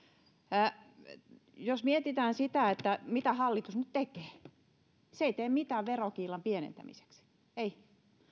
jos mietitään sitä mitä hallitus nyt tekee niin se ei tee mitään verokiilan pienentämiseksi ei